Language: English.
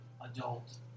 adult